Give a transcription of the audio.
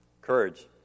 Courage